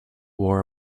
wore